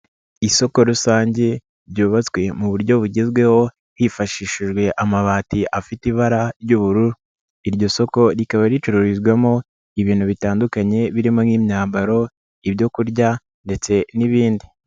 Isoko rusange ryubatswe mu buryo bugezweho hifashishijwe amabati afite ibara ry'ubururu, iryo soko rikaba ricururizwamo ibintu bitandukanye birimo nk'imyambaro, ibyo kurya ndetse n'ibindi.